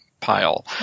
Pile